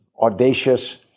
audacious